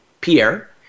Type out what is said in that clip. Pierre